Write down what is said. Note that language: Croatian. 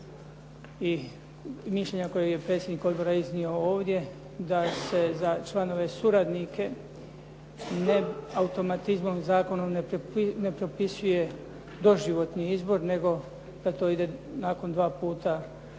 i mišljenja koje je predsjednik odbora iznio ovdje da se za članove suradnike ne automatizmom i zakonom ne propisuje doživotni izbor nego da to ide nakon dva puta 10